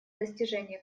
достижения